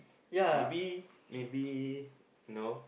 maybe maybe you know